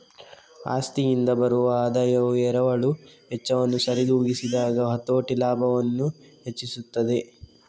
ಆಸ್ತಿಯಿಂದ ಬರುವ ಆದಾಯವು ಎರವಲು ವೆಚ್ಚವನ್ನು ಸರಿದೂಗಿಸಿದಾಗ ಹತೋಟಿ ಲಾಭವನ್ನು ಹೆಚ್ಚಿಸುತ್ತದೆ